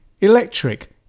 electric